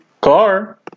Car